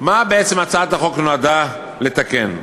בעצם הצעת החוק נועדה לתקן.